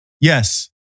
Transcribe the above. Yes